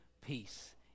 peace